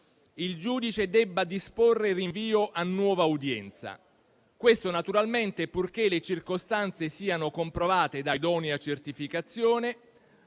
il giudice debba disporre il rinvio a nuova udienza. Questo naturalmente purché le circostanze siano comprovate da idonea certificazione